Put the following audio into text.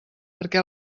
perquè